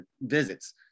visits